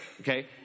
okay